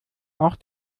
auch